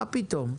מה פתאום?